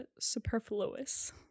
Superfluous